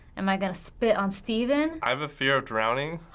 am i gonna spit on stephen? i have a fear of drowning.